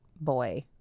boy